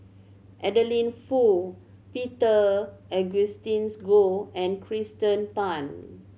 Adeline Foo Peter Augustine Goh and Kirsten Tan